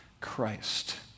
Christ